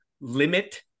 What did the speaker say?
limit